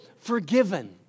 forgiven